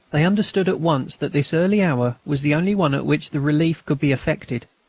they understood at once that this early hour was the only one at which the relief could be effected.